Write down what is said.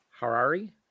Harari